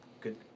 Good